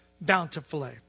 bountifully